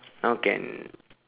now can